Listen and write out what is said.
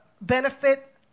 benefit